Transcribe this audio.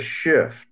shift